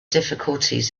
difficulties